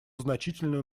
значительную